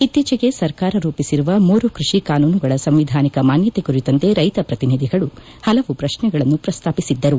ಇತ್ತೀಚೆಗೆ ಸರ್ಕಾರ ರೂಪಿಸಿರುವ ಮೂರು ಕೃಷಿ ಕಾನೂನುಗಳ ಸಂವಿಧಾನಿಕ ಮಾನ್ವತೆ ಕುರಿತಂತೆ ರೈತ ಪ್ರತಿನಿಧಿಗಳು ಪಲವು ಪ್ರಕ್ಷೆಗಳನ್ನು ಪ್ರಸ್ತಾಪಿಸಿದ್ದರು